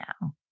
now